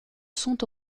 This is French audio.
sont